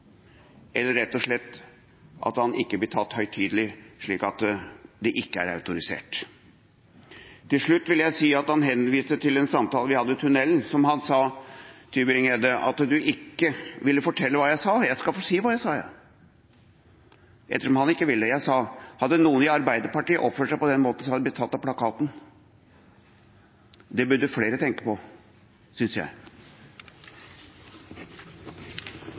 eller at han rett og slett ikke blir tatt høytidelig, slik at det ikke er autorisert. Til slutt vil jeg si at han henviste til en samtale vi hadde i tunnelen, der han, Tybring-Gjedde, sier at han ikke vil fortelle hva jeg sa. Jeg skal si hva jeg sa ettersom han ikke vil det. Jeg sa: «Hadde noen i Arbeiderpartiet oppført seg på den måten, hadde de blitt tatt av plakaten.» Det burde flere tenke på, synes jeg.